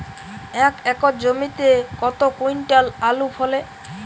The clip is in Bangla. এক একর জমিতে কত কুইন্টাল আলু ফলে?